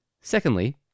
Secondly